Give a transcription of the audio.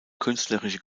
künstlerische